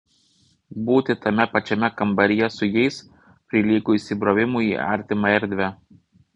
būti tame pačiame kambaryje su jais prilygo įsibrovimui į artimą erdvę